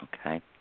Okay